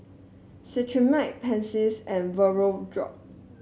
Cetrimide Pansy and Vapodrops